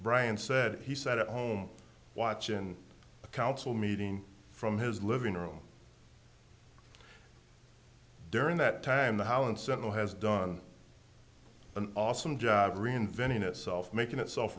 brian said he set up home watch in a council meeting from his living room during that time the how uncertain has done an awesome job reinventing itself making itself